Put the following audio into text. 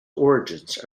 origins